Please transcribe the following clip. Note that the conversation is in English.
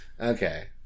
Okay